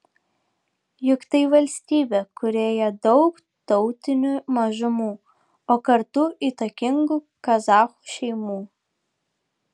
juk tai valstybė kurioje daug tautinių mažumų o kartu įtakingų kazachų šeimų